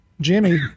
Jimmy